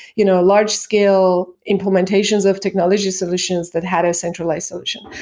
you know large scale implementations of technology solutions that had a centralized solution.